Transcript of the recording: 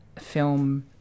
film